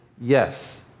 yes